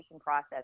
process